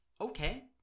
Okay